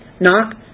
Knock